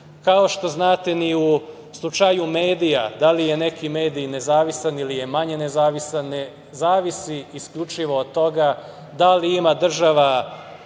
što znate, ni u slučaju medija, da li je neki mediji nezavisan ili je manje nezavisan, ne zavisi isključivo od toga da li ima država